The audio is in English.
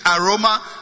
aroma